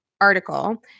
article –